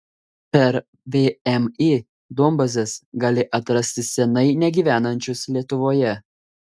per vmi duombazes gali atrasti senai negyvenančius lietuvoje